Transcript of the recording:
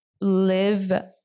live